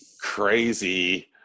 Crazy